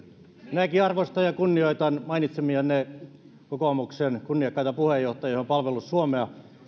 minäkin arvostan ja kunnioitan mainitsemianne kokoomuksen kunniakkaita puheenjohtajia he ovat palvelleet suomea